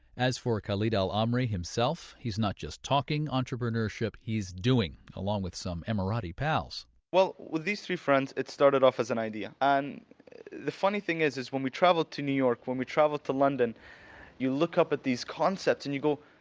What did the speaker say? as for khalid al amari himself, he not just talking entrepreneurship, he's doing, along with some emirati pals well, with these three friends, it started off as an idea. the funny thing is is when we traveled to new york, when we traveled to london you look up at these concepts and you go,